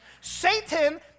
Satan